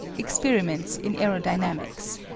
experiments in aerodynamics.